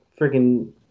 freaking